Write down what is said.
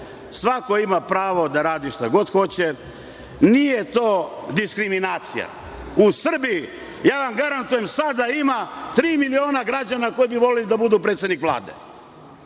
Svako ima pravo da radi šta god hoće, nije to diskriminacija.U Srbiji, ja vam garantujem, sad da ima tri miliona građana koji bi voleli da budu predsednik Vlade,